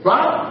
Right